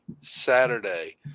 Saturday